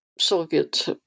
soviet